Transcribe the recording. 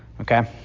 Okay